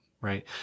right